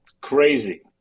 crazy